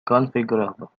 configurable